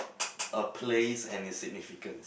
a place and its significance